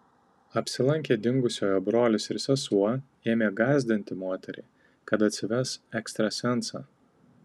apsilankę dingusiojo brolis ir sesuo ėmė gąsdinti moterį kad atsives ekstrasensą